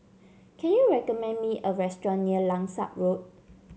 can you recommend me a restaurant near Langsat Road